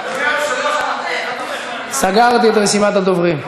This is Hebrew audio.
אדוני היושב-ראש, סגרתי את רשימת הדוברים.